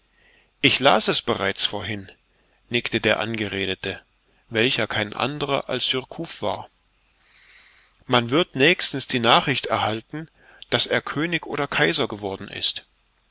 ich las es bereits vorhin nickte der angeredete welcher kein anderer als surcouf war man wird nächstens die nachricht erhalten daß er könig oder kaiser geworden ist